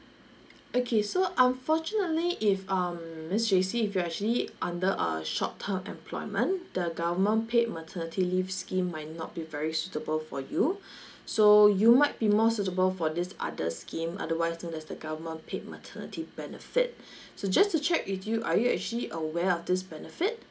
okay so unfortunately if um miss jacey if you're actually under a short term employment the government paid maternity leave scheme might not be very suitable for you so you might be more suitable for this other scheme otherwise known as the government paid maternity benefit so just to check with you are you actually aware of this benefit